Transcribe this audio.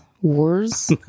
Wars